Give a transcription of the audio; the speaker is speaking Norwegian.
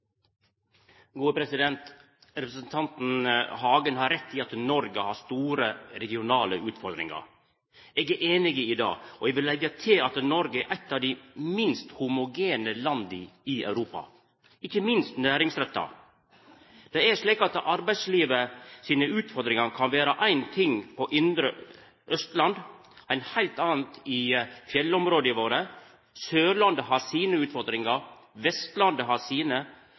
Representanten Hagen har rett i at Noreg har store regionale utfordringar. Eg er einig i det, og eg vil leggja til at Noreg er eit av dei minst homogene landa i Europa, ikkje minst næringsretta. Det er slik at arbeidslivet sine utfordringar kan vera éin ting på det indre Austlandet, og noko heilt anna i fjellområda våre. Sørlandet har sine utfordringar, Vestlandet har sine,